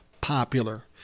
popular